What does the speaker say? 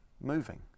moving